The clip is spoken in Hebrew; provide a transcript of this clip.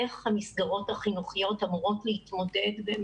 איך המסגרות החינוכיות אמורות להתמודד עם